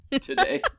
today